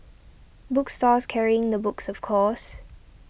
book stores carrying the books of course